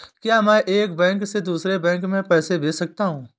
क्या मैं एक बैंक से दूसरे बैंक में पैसे भेज सकता हूँ?